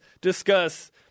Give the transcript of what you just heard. discuss